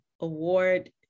Award